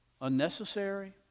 unnecessary